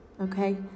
Okay